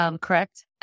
Correct